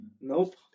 Nope